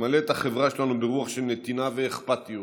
למלא את החברה שלנו ברוח של נתינה ואכפתיות